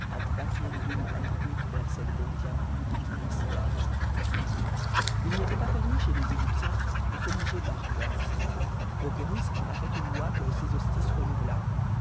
data il n'était pas permis chez les égyptiens de s'obliger par corps boccoris en a fait une loi que sésostris renouvela